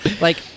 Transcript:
like-